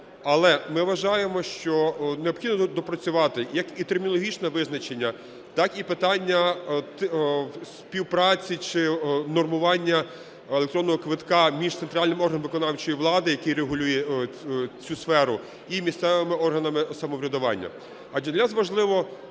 Але ми вважаємо, що необхідно допрацювати як і термінологічне визначення, так і питання співпраці чи внормування електронного квитка між центральним органом виконавчої влади, який регулює цю сферу, і місцевими органами самоврядування. Адже для нас важливо,